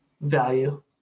value